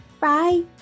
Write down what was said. Bye